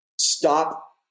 stop